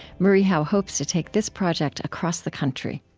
marie howe hopes to take this project across the country